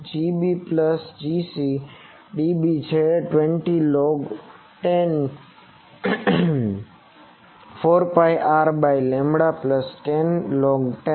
તો Gb dB plus Gc dB છે 20 log10 4 pi R by lambda plus 10log10